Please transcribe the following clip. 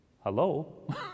hello